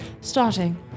starting